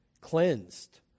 cleansed